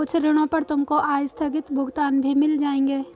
कुछ ऋणों पर तुमको आस्थगित भुगतान भी मिल जाएंगे